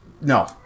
No